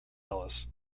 ellis